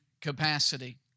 Capacity